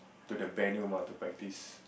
to the venue mah to practice